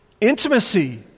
intimacy